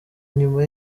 nyuma